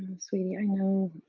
sweetie, i know.